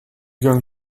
going